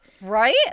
Right